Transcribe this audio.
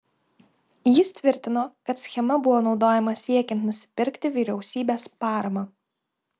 jis tvirtino kad schema buvo naudojama siekiant nusipirkti vyriausybės paramą